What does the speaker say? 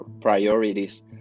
priorities